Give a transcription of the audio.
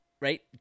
right